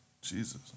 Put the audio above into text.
Jesus